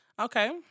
Okay